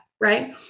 right